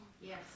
Yes